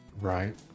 Right